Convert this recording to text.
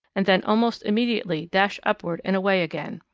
and then almost immediately dash upward and away again.